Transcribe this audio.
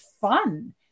fun